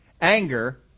Anger